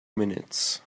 minutes